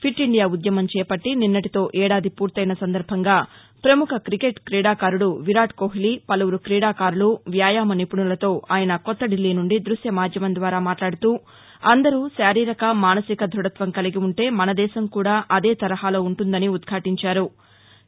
fit India ఉద్యం చేపట్టి నిన్నటితో ఏడాది పూర్తయిన సందర్బంగా ప్రముఖ క్రికెట్ క్రీడాకారుడు విరాట్ కోహ్లీ పలువురు క్రీడాకారులు వ్యాయామ నిపుణులతో ఆయన కొత్త దిల్లీ నుండి దృశ్యమాధ్యమం ద్వారా మాట్లాడుతూ మనం శారీరక మానసిక ధ్భధత్వం కలిగి వుంటే మన దేశం కూడా అదే తరహాలో వుంటుందని ఉద్ఘాటించారు